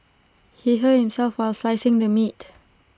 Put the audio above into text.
he hurt himself while slicing the meat